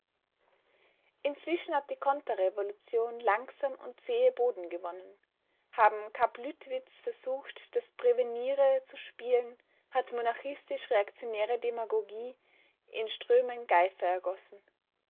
inzwischen hat die konterrevolution langsam und zähe boden gewonnen haben kapp-lüttwitz versucht das prävenire zu spielen hat monarchistisch-reaktionäre demagogie in strömen geifer ergossen